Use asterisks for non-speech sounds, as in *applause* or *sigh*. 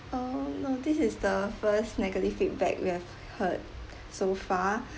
um no is the first negative feedback we have heard *breath* so far